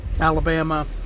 Alabama